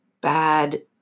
bad